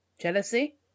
jealousy